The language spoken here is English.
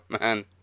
man